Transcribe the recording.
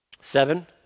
Seven